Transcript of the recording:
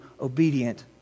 obedient